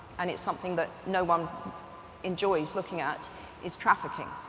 and it's something that no one enjoys looking at is trafficking.